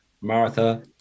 Martha